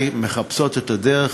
מחפשות את הדרך